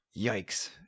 yikes